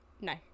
No